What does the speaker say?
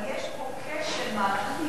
אבל יש פה כשל מערכתי,